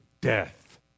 death